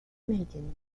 américaines